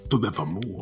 forevermore